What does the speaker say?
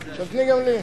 אז תני גם לי.